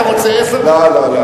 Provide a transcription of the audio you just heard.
אתה רוצה עשר דקות?